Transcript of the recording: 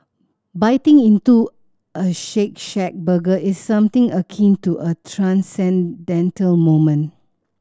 biting into a Shake Shack burger is something akin to a transcendental moment